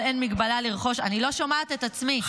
אבל אין מגבלה לרכוש -- אני לא שומעת את עצמי,